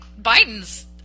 Biden's